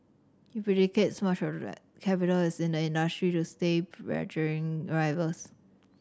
he much of that capital is in the industry to stay pressuring rivals